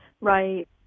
Right